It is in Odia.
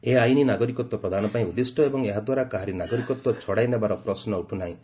ଏହି ଆଇନ ନାଗରିକତ୍ୱ ପ୍ରଦାନ ପାଇଁ ଉଦ୍ଦିଷ୍ଟ ଏବଂ ଏହାଦ୍ୱାରା କାହାରି ନାଗରିକତ୍ୱ ଛଡ଼ାଇ ନେବାର ପ୍ରଶ୍ନ ଉଠ୍ ନାହିଁ